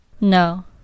No